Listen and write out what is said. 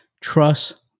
Trust